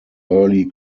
early